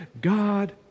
God